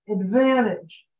advantage